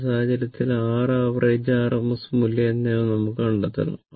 ആ സാഹചര്യത്തിൽ r average RMS മൂല്യം എന്നിവ നമുക്ക് കണ്ടെത്തണം